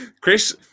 Chris